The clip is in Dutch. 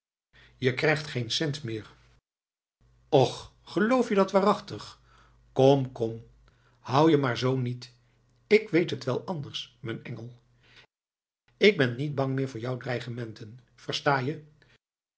je krijgt geen cent meer och geloof je dat waarachtig kom kom hou je maar zoo niet ik weet het wel anders m'n engel ik ben niet bang meer voor jou dreigementen versta je